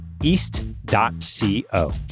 East.co